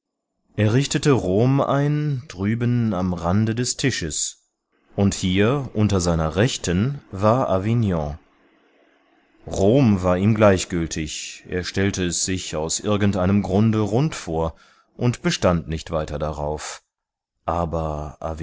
er richtete rom ein drüben am rande des tisches und hier unter seiner rechten war avignon rom war ihm gleichgültig er stellte es sich aus irgendeinem grunde rund vor und bestand nicht weiter darauf aber